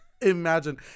Imagine